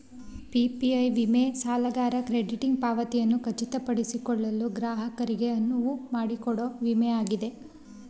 PPI ವಿಮೆ ಸಾಲಗಾರ credit ಪಾವತಿಯನ್ನ ಖಚಿತಪಡಿಸಿಕೊಳ್ಳಲು ಗ್ರಾಹಕರಿಗೆ ಅನುವುಮಾಡಿಕೊಡೊ ವಿಮೆ ಆಗಿದೆ